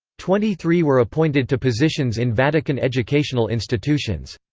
twenty-three were appointed to positions in vatican educational institutions.